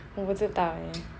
我不知道 eh